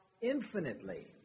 infinitely